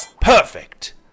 Perfect